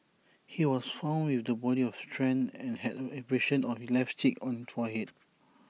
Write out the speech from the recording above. he was found with the body of Tran and had abrasions on his left cheek on forehead